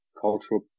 cultural